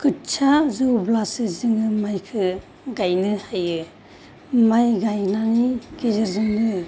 खोथिया जौब्लासो जोङो माइखो गायनो हायो माइ गायनायनि गेजेरजोंनो